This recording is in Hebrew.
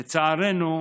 לצערנו,